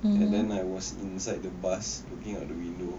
and then I was inside the bus looking out the window